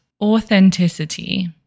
authenticity